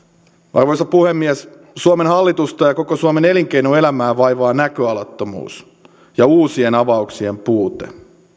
arvoisa puhemies suomen hallitusta ja koko suomen elinkeinoelämää vaivaa näköalattomuus ja uusien avauksien puute